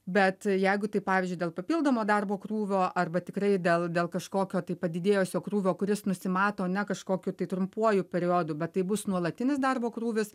bet jeigu tai pavyzdžiui dėl papildomo darbo krūvio arba tikrai dėl dėl kažkokio tai padidėjusio krūvio kuris nusimato ne kažkokiu tai trumpuoju periodu bet tai bus nuolatinis darbo krūvis